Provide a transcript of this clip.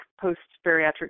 post-bariatric